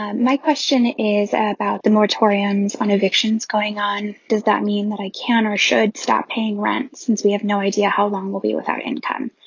ah my question is about the moratoriums on evictions going on. does that mean that i can or should stop paying rent since we have no idea how long we'll be with um income?